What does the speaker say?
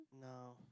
No